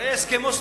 ראה הסכם אוסלו,